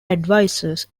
advisers